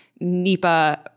NEPA